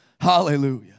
Hallelujah